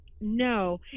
no